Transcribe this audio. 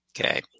Okay